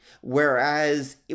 Whereas